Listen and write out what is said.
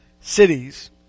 cities